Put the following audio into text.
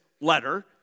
letter